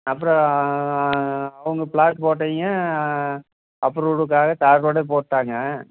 அப்புறம் அவங்க பிளாட் போட்டவைங்க அப்ரூவ்டுக்காக தார் ரோடே போட்டாங்க